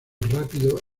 rápido